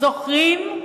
זוכרים?